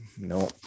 no